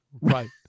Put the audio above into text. Right